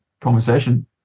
conversation